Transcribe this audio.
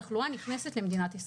תחלואה נכנסת למדינת ישראל.